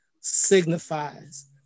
signifies